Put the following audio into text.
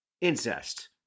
Incest